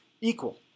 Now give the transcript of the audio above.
equal